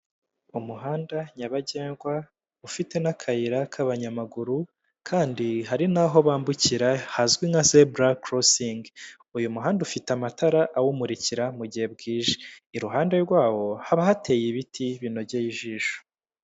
Umuhanda nyabagendwa ufite n'akayira k'abanyamaguru kandi hari n'aho bambukira hazwi nka zebra crossing uyu muhanda ufite amatara awumurikira mu gihe bwije iruhande rwawo haba hateye ibiti binogeye ijisho.